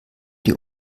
die